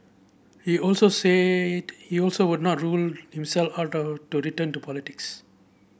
he also said he also would not rule himself out of to return to politics